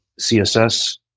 CSS